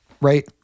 Right